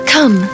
Come